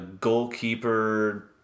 goalkeeper